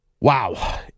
wow